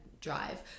drive